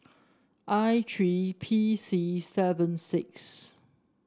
I three P C seven six